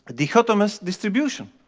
dichotomous distribution.